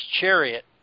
chariot